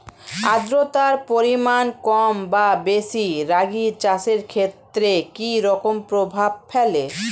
আদ্রতার পরিমাণ কম বা বেশি রাগী চাষের ক্ষেত্রে কি রকম প্রভাব ফেলে?